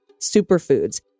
superfoods